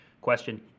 question